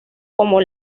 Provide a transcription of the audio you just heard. como